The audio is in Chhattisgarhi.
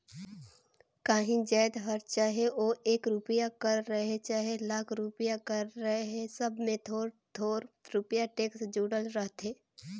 काहीं जाएत हर चहे ओ एक रूपिया कर रहें चहे लाख रूपिया कर रहे सब में थोर थार रूपिया टेक्स जुड़ल रहथे